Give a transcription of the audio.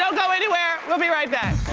so go anywhere, we'll be right back!